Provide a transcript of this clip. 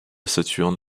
saturn